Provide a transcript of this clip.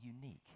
unique